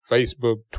Facebook